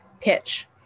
pitch